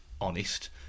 honest